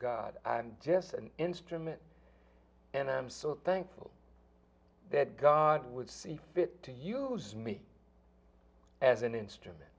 god just an instrument and i am so thankful that god would see fit to use me as an instrument